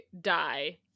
die